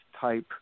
type